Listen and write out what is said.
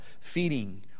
feeding